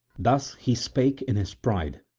thus he spake in his pride,